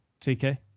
TK